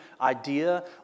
idea